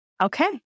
okay